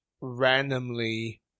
randomly